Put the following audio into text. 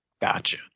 gotcha